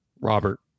Robert